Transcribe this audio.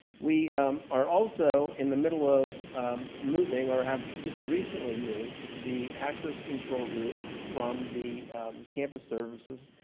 we are also in the middle of moving, or have just recently moved the access control group from the campus services